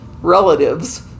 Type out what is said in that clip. relatives